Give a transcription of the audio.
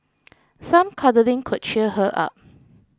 some cuddling could cheer her up